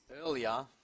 earlier